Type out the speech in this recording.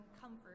comfort